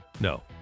No